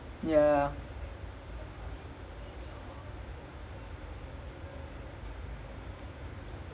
city வந்து:vanthu like okay lah but if you know how to count they're a bit too predictable something like that